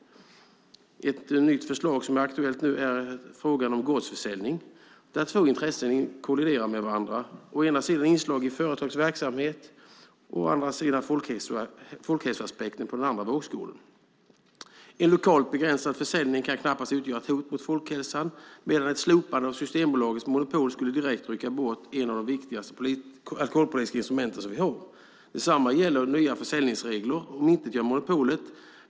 Ett nytt förslag som är aktuellt gäller gårdsförsäljning, där två intressen kolliderar med varandra: å ena sidan inslag i företags verksamhet och å andra sidan, på den andra vågskålen, folkhälsoaspekten. En lokalt begränsad försäljning kan knappast utgöra ett hot mot folkhälsan, medan ett slopande av Systembolagets monopol direkt skulle rycka bort ett av de viktigaste alkoholpolitiska instrument som vi har. Detsamma gäller om nya försäljningsregler omintetgör monopolet.